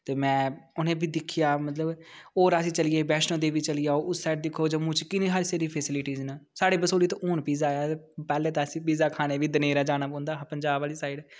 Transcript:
ते में उ'नेंगी बी दिक्खेआ मतलब होर अस चली गे बैष्णो देवी चली जाओ उस साइड दिक्खो जम्मू च किन्ने सारी फैसीलिटिस न साढ़े बसोली ते हून पिज्जा आया ऐ पैह्ले ते अस पिज्जा खाने गी बी दनेरा जाना पौदा हा पंजाब आह्ली साइड